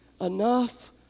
enough